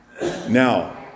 Now